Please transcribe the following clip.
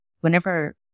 Whenever